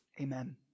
Amen